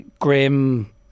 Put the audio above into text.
grim